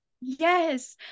Yes